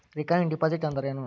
Recurring deposit ಅಂದರೇನು?